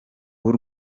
b’u